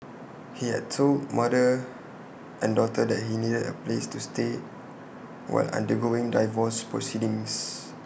he had told mother and daughter that he needed A place to stay while undergoing divorce proceedings